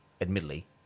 admittedly